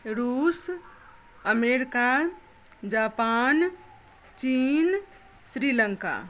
रूस America Japan चीन श्रीलङ्का